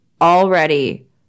already